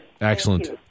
Excellent